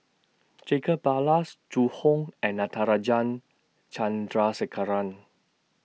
Jacob Ballas Zhu Hong and Natarajan Chandrasekaran